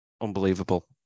unbelievable